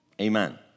Amen